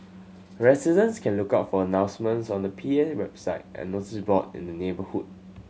residents can look out for announcements on the P A website and notice board in the neighbourhood